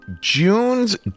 June's